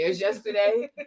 yesterday